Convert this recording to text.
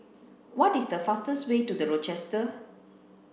what is the fastest way to The Rochester